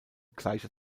gleicher